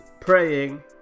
praying